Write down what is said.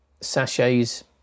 sachets